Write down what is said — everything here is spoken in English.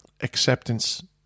acceptance